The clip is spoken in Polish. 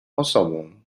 osobą